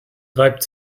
reibt